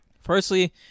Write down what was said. firstly